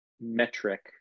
metric